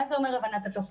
מה זה אומר הבנת התופעה?